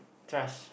trust